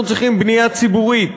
אנחנו צריכים בנייה ציבורית,